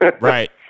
Right